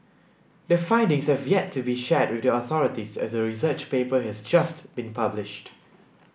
the findings have yet to be shared with the authorities as the research paper has just been published